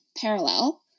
parallel